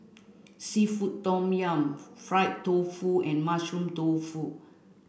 seafood tom yum fried tofu and mushroom tofu